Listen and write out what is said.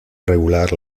regular